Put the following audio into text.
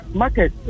market